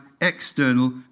external